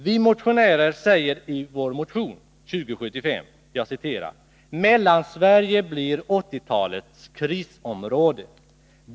Vi motionärer säger i vår motion: ”Mellansverige blir 1980-talets krisområde.